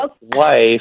wife